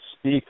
speak